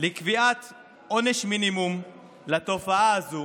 לקביעת עונש מינימום לתופעה הזאת,